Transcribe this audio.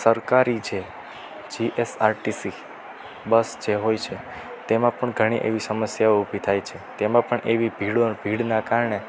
સરકારી છે GSRTC bus જે હોય છે તેમાં પણ ઘણી એવી સમસ્યાઓ ઊભી થાય છે તેમાં પણ એવી ભીડો ભીડના કારણે